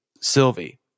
sylvie